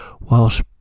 Whilst